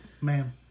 Ma'am